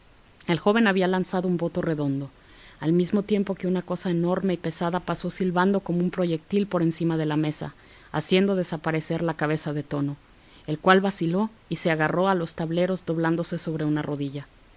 el joven había lanzado un voto redondo al mismo tiempo que una cosa enorme y pesada pasó silbando como un proyectil por encima de la mesa haciendo desaparecer la cabeza de tono el cual vaciló y se agarró a los tableros doblándose sobre una rodilla